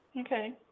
Okay